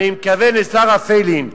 אני מתכוון לשרה פיילין,